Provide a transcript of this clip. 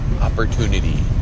opportunity